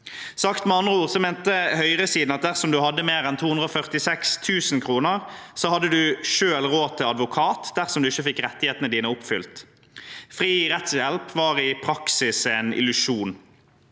Sagt med andre ord: Høyresiden mente at dersom man hadde mer enn 246 000 kr, hadde man selv råd til advokat dersom man ikke fikk rettighetene sine oppfylt. Fri rettshjelp var i praksis en illusjon.